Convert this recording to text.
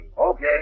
Okay